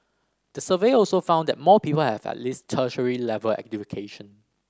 the survey also found that more people have at least tertiary level education